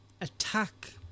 attack